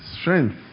strength